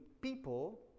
people